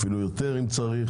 אפילו יותר, אם צריך